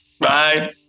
Bye